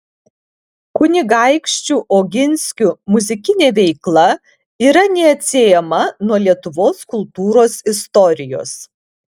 kunigaikščių oginskių muzikinė veikla yra neatsiejama nuo lietuvos kultūros istorijos